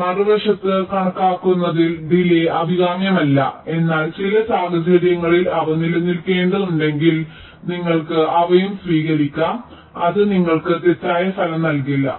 മറുവശത്ത് കണക്കാക്കുന്നതിൽ ഡിലേയ് അഭികാമ്യമല്ല എന്നാൽ ചില സാഹചര്യങ്ങളിൽ അവ നിലനിൽക്കുന്നുണ്ടെങ്കിൽ നിങ്ങൾക്ക് അവയും സ്വീകരിക്കാം അത് നിങ്ങൾക്ക് തെറ്റായ ഫലം നൽകില്ല